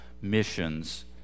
missions